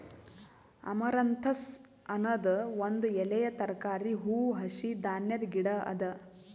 amaranthus ಅನದ್ ಒಂದ್ ಎಲೆಯ ತರಕಾರಿ, ಹೂವು, ಹಸಿ ಧಾನ್ಯದ ಗಿಡ ಅದಾ